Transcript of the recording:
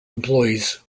employees